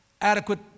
adequate